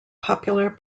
popular